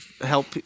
help